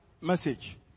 message